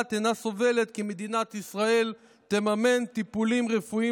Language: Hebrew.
שהדעת אינה סובלת כי מדינת ישראל תממן טיפולים רפואיים